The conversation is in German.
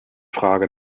frage